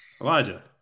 Elijah